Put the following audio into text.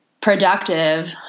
productive